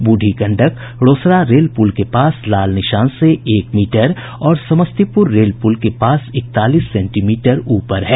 Burhi Gandak Rosera rail पुल के पास लाल निशान से एक मीटर और समस्तीपुर रेल पुल के पास इकतालीस सेंटीमीटर ऊपर है